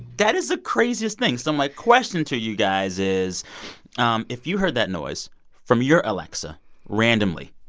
that is the craziest thing. so my question to you guys is um if you heard that noise from your alexa randomly,